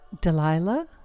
Delilah